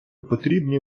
потрібні